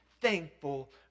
thankful